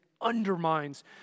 undermines